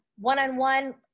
one-on-one